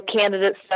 candidates